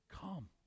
Come